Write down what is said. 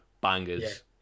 Bangers